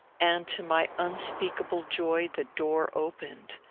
and, to my unspeakable joy, the door opened.